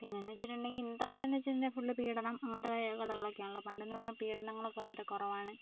പിന്നെന്ന് വെച്ചിട്ടുണ്ടെങ്കിൽ ഇന്നത്തെ കാലം എന്ന് വെച്ചിട്ടുണ്ടെങ്കിൽ ഫുൾ പീഡനം അങ്ങനത്തെ ക കഥകളൊക്കെയാണല്ലൊ പണ്ടെന്ന് പറഞ്ഞാൽ പീഡനങ്ങളൊക്കെ വളരെ കുറവാണ്